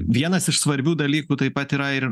vienas iš svarbių dalykų taip pat yra ir